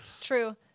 True